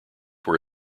were